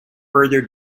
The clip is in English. further